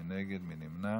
מי נגד?